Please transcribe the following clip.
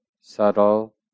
subtle